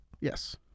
Yes